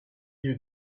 you